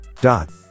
dot